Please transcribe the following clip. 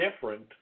different